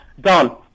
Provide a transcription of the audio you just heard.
done